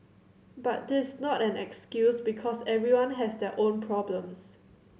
but this not an excuse because everyone has their own problems